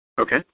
Okay